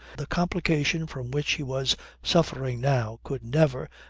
the complication from which he was suffering now could never,